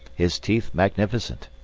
his teeth magnificent.